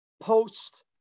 post